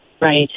Right